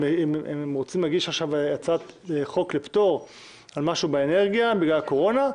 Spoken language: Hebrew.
הם רוצים להגיש בקשה לפטור הצעת חוק שקשורה לאנרגיה בגלל הקורונה.